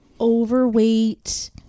overweight